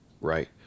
Right